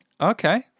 Okay